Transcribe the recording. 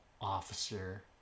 officer